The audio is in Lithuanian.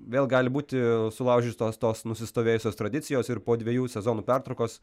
vėl gali būti sulaužytos tos nusistovėjusios tradicijos ir po dviejų sezonų pertraukos